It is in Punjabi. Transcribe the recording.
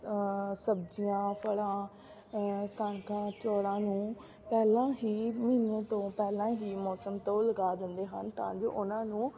ਸਬਜ਼ੀਆਂ ਫਲਾਂ ਕਣਕਾਂ ਚੋਲਾਂ ਨੂੰ ਪਹਿਲਾਂ ਹੀ ਮਹੀਨੇ ਤੋਂ ਪਹਿਲਾਂ ਹੀ ਮੌਸਮ ਤੋਂ ਲਗਾ ਦਿੰਦੇ ਹਨ ਤਾਂ ਜੋ ਉਹਨਾਂ ਨੂੰ